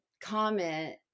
comment